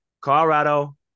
colorado